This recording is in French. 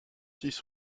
six